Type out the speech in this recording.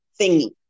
thingy